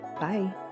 bye